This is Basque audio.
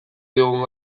diogun